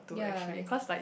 ya